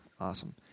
Awesome